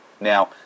Now